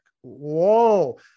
Whoa